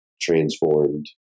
transformed